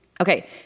Okay